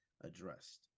addressed